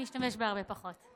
להלן תרגומם: אני אשתמש בהרבה פחות.